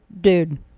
Dude